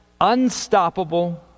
unstoppable